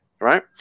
Right